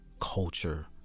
culture